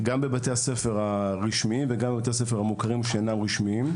גם בבתי הספר הרשמיים וגם בבתי הספר המוכרים שאינם רשמיים.